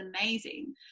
amazing